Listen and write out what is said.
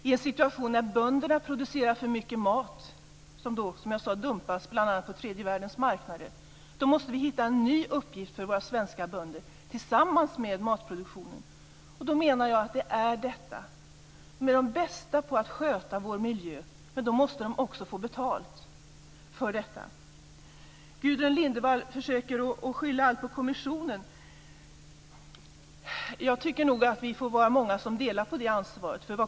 I en situation där bönderna producerar för mycket mat som bl.a. dumpas på tredje världens marknader måste vi hitta en ny uppgift för våra svenska bönder tillsammans med matproduktionen. Jag menar att detta är just den uppgiften. Bönderna är de bästa på att sköta vår miljö, men de måste också få betalt för det. Gudrun Lindvall försöker skylla allt på kommissionen. Jag tycker nog att vi är många som får dela på ansvaret.